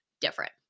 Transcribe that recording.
different